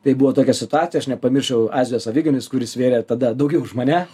tai buvo tokia situacija aš nepamiršiu azijos aviganis kuris svėrė tada daugiau už mane